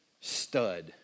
stud